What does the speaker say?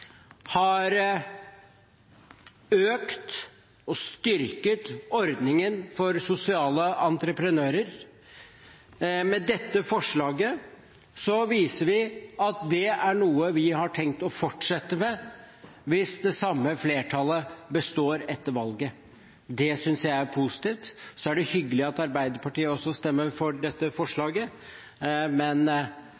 Venstre, økt og styrket ordningen for sosiale entreprenører. Med dette forslaget viser vi at det er noe vi har tenkt å fortsette med hvis det samme flertallet består etter valget. Det synes jeg er positivt. Det er hyggelig at også Arbeiderpartiet stemmer for dette